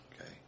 Okay